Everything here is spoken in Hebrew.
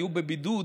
היו בבידוד